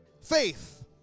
Faith